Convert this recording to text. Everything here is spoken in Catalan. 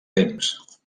temps